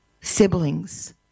siblings